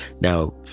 Now